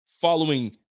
following